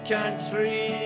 Country